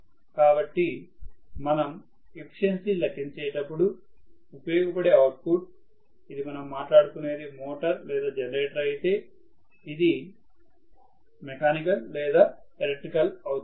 కాబట్టి మనం ఎఫిషియన్సీ లెక్కించేటప్పుడు ఉపయోగపడే అవుట్ ఫుట్ ఇది మనము మాట్లాడుకునేది మోటార్ లేదా జనరేటర్ అయితే ఇది మెకానికల్ లేదా ఎలక్ట్రికల్ అవుతుంది